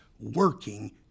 working